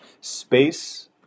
space